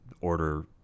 order